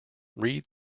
read